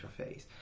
interface